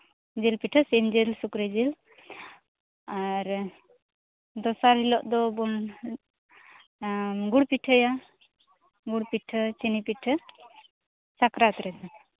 ᱡᱤᱞ ᱯᱤᱴᱷᱟᱹ ᱥᱤᱢ ᱡᱤᱞ ᱥᱩᱠᱨᱤ ᱡᱤᱞ ᱟᱨ ᱫᱚᱥᱟᱨ ᱦᱤᱞᱳᱜ ᱫᱚᱵᱚᱱ ᱜᱩᱲ ᱯᱤᱴᱷᱟᱹᱭᱟ ᱜᱩᱲ ᱯᱤᱴᱷᱟᱹ ᱪᱤᱱᱤ ᱯᱤᱴᱷᱟᱹ ᱥᱟᱠᱨᱟᱛ ᱨᱮᱫᱚ